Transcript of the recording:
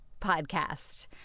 podcast